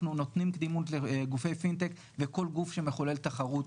אנחנו נותנים קדימות לגופי פינטק וכל גוף שמחולל תחרות.